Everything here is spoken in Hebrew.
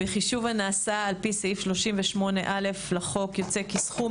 בחישוב הנעשה על פי סעיף 38(א) לחוק יוצא כי סכום